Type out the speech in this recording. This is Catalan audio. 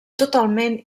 totalment